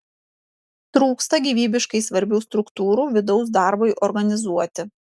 trūksta gyvybiškai svarbių struktūrų vidaus darbui organizuoti